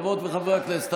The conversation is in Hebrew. חברות וחברי הכנסת,